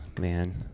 man